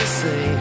say